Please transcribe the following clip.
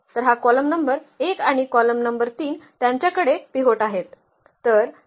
तर हा column number 1 आणि कॉलम नंबर 3 त्यांच्याकडे पिव्होट आहेत